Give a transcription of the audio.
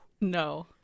No